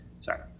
sorry